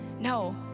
No